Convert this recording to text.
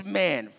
man